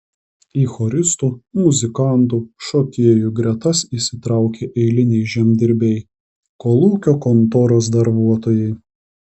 į choristų muzikantų šokėjų gretas įsitraukė eiliniai žemdirbiai kolūkio kontoros darbuotojai